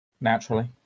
Naturally